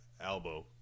elbow